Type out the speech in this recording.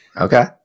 Okay